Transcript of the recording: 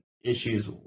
issues